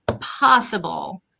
possible